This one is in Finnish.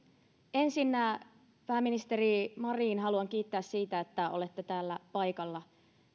ensinnä pääministeri marin haluan kiittää siitä että olette täällä paikalla